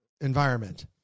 environment